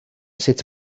sut